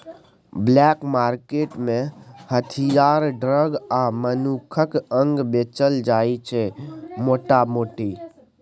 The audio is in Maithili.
ब्लैक मार्केट मे हथियार, ड्रग आ मनुखक अंग बेचल जाइ छै मोटा मोटी